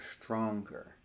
stronger